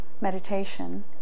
meditation